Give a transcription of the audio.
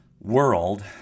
world